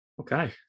okay